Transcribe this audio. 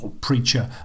preacher